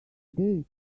date